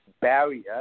barrier